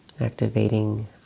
Activating